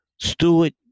Stewart